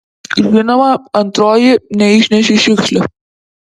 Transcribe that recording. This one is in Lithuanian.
žinoma antroji neišnešei šiukšlių